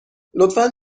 لطفا